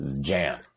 Jam